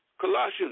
Colossians